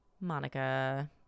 Monica